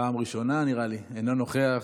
פעם ראשונה, נראה לי, אינו נוכח,